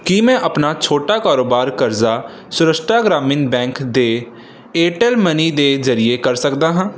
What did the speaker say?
ਕੀ ਮੈਂ ਆਪਣਾ ਛੋਟਾ ਕਾਰੋਬਾਰ ਕਰਜ਼ਾ ਸ਼ਰਸ਼ਟਾ ਗ੍ਰਾਮੀਨ ਬੈਂਕ ਦੇ ਏਅਰਟੈੱਲ ਮਨੀ ਦੇ ਜ਼ਰੀਏ ਕਰ ਸਕਦਾ ਹਾਂ